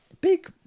Big